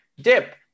dip